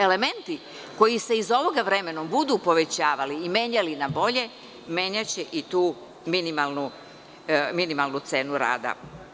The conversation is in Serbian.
Elementi koji se iz ovoga vremenom budu povećavali i menjali na bolje, menjaće i tu minimalnu cenu rada.